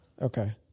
Okay